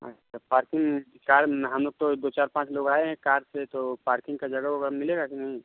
अच्छा parking car हम लोग तो दो चार पाँच लोग आए हैं कार से तो पार्किंग का जगह ओगा मिलेगा कि नहीं